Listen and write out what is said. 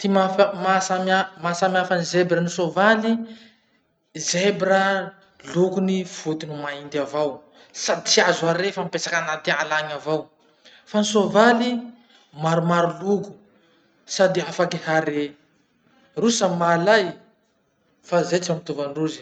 Ty maha samihafa ny zebra noho sovaly. Zebra lokony foty no mainty avao, sady tsy azo hare fa mipetraky anaty ala agny avao. Fa ny sovaly maromaro loko, sady afaky hare. Rozy samy mahalay, fa zay tsy mampitovy androzy.